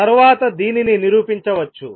తరువాత దీనిని నిరూపించవచ్చు